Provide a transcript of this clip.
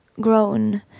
grown